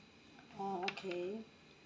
oh okay